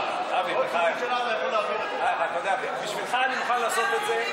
בשבילך אני מוכן לעשות את זה.